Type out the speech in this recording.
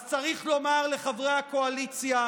אז צריך לומר לחברי הקואליציה: